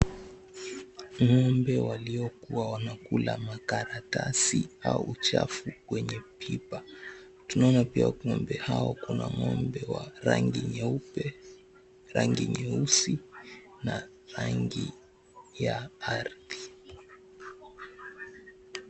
Ng'ombe waliokuwa wanakula makaratasi au uchafu kwenye pipa tunaona pia ng'ombe hao kuna ng'ombe wa rangi nyeupe ,nyeusi na rangi ya ardhi